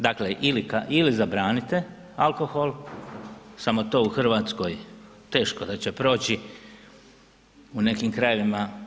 Dakle, ili zabranite alkohol, samo to u Hrvatskoj teško da će proći u nekim krajevima.